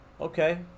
okay